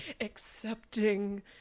accepting